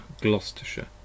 Gloucestershire